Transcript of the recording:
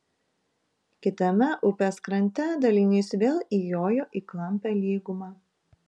kitame upės krante dalinys vėl įjojo į klampią lygumą